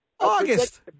August